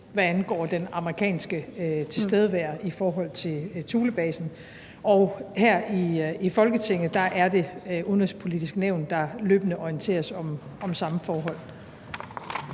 hvad angår det amerikanske tilstedevær i forhold til Thulebasen, og at det her i Folketinget er Det Udenrigspolitiske Nævn, der løbende orienteres om samme forhold.